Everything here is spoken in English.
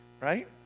right